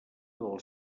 del